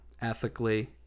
ethically